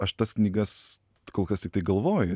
aš tas knygas kol kas tiktai galvoj